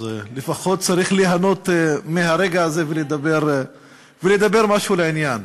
אז לפחות צריך ליהנות מהרגע הזה ולדבר משהו לעניין.